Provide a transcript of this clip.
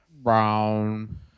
Brown